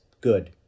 good